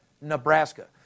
Nebraska